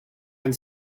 had